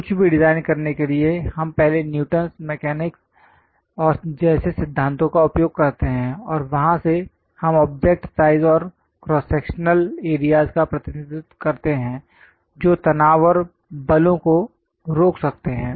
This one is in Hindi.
कुछ भी डिजाइन करने के लिए हम पहले न्यूटन मैकेनिकस् जैसे सिद्धांतों का उपयोग करते हैं और वहां से हम ऑब्जेक्ट साइज और क्रॉस सेक्शनल एरियाज का प्रतिनिधित्व करते हैं जो तनाव और बलों को रोक सकते हैं